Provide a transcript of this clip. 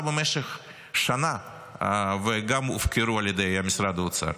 במשך שנה וגם הופקרו על ידי משרד האוצר,